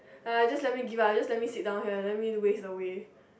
like I just give just let me sit down here just let me waste the way